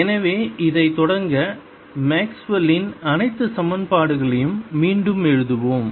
எனவே இதை தொடங்க மேக்ஸ்வெல்லின்Maxwell's அனைத்து சமன்பாடுகளையும் மீண்டும் எழுதுவோம்